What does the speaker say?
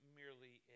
merely